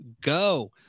go